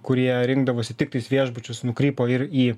kurie rinkdavosi tiktais viešbučius nukrypo ir į